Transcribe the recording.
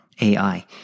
AI